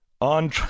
on